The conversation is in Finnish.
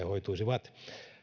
hoituisivat